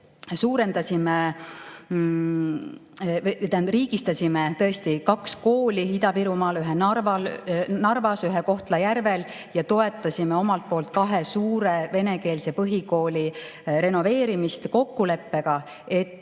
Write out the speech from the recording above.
koolides. Riigistasime tõesti kaks kooli Ida-Virumaal, ühe Narvas, ühe Kohtla-Järvel, ja toetasime kahe suure venekeelse põhikooli renoveerimist kokkuleppega, et